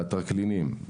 והטרקלינים,